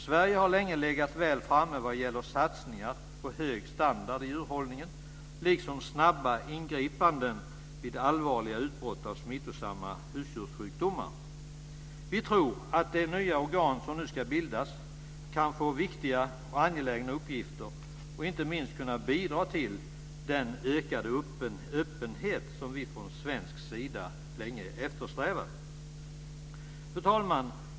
Sverige har länge legat väl framme vad gäller satsningar på hög standard i djurhållningen liksom snabba ingripanden vid allvarliga utbrott av smittosamma husdjurssjukdomar. Vi tror att det nya organ som nu ska bildas kan få viktiga uppgifter och inte minst bidra till den ökade öppenhet som vi från svensk sida länge eftersträvat. Fru talman!